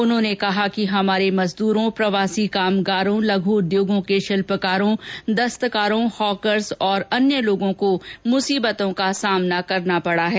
उन्होंने कहा कि हमारे मजदूरों प्रवासी कामगारों लघू उद्योगों के शिल्पकारों दस्तकारों हॉकरों और अन्य लोगों को मुसीबतों का सामना करना पड़ा है